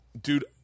dude